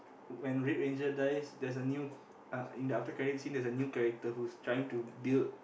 when red ranger dies there's a new uh in the after credits scene there's a new character who's trying to build